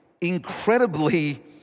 incredibly